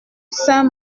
saint